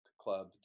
club